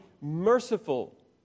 merciful